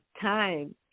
time